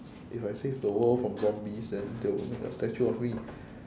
if I save the world from zombies then they will make a statue of me